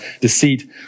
deceit